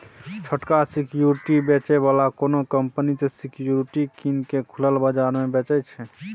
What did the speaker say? छोटका सिक्युरिटी बेचै बला कोनो कंपनी सँ सिक्युरिटी कीन केँ खुलल बजार मे बेचय छै